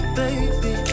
baby